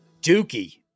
Dookie